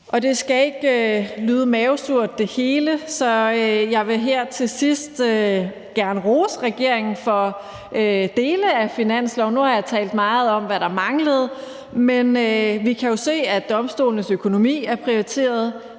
hele skal ikke lyde mavesurt, så jeg vil her til sidst gerne rose regeringen for dele af finansloven. Nu har jeg talt meget om, hvad der manglede, men vi kan jo se, at domstolenes økonomi er prioriteret,